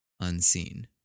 unseen